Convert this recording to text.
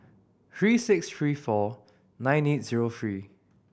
three six three four nine eight zero three